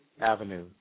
Avenue